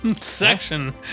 section